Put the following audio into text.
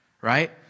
right